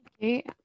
Okay